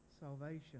salvation